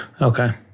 okay